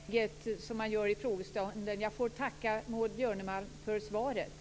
Fru talman! Jag säger i det här inlägget som man gör i frågestunden: Jag får tacka Maud Björnemalm för svaret.